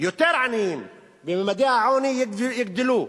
יותר עניים, וממדי העוני יגדלו,